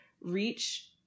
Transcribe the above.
reach